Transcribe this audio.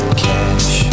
cash